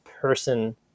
person